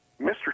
Mr